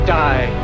die